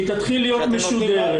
היא תתחיל להיות משודרת.